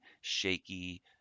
shaky